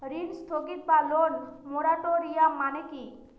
ঋণ স্থগিত বা লোন মোরাটোরিয়াম মানে কি?